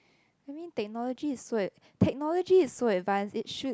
I mean technology is so ad~ technology is so advanced it should